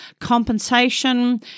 compensation